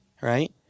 right